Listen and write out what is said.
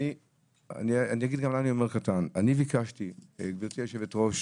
אני אגיד גם למה אני אומר קטן: גברתי יושבת הראש,